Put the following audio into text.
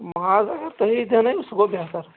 ماز اگر تُہی دیٛٲونٲوِو سُہ گوٚو بہتر